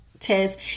test